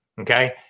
okay